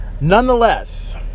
nonetheless